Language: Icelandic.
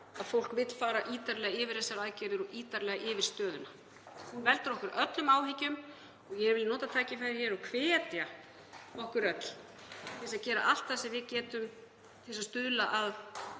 að fólk vill fara ítarlega yfir aðgerðirnar og stöðuna. Hún veldur okkur öllum áhyggjum. Ég vil nota tækifærið hér og hvetja okkur öll til þess að gera allt sem við getum til að stuðla að